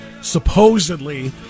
supposedly